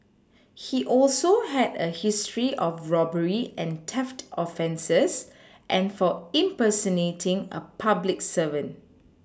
he also had a history of robbery and theft offences and for impersonating a public servant